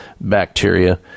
bacteria